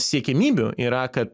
siekiamybių yra kad